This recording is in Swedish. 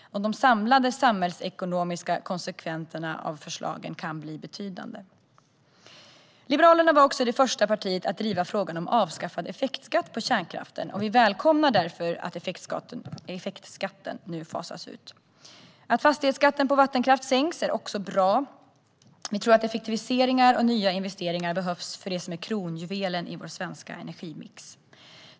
De samlade samhällsekonomiska konsekvenserna av förslagen kan bli betydande. Liberalerna var också det första partiet att driva frågan om avskaffad effektskatt på kärnkraften. Vi välkomnar därför att effektskatten nu fasas ut. Att fastighetsskatten på vattenkraft sänks är också bra. Vi tror att effektiviseringar och nya investeringar behövs för det som är kronjuvelen i vår svenska energimix.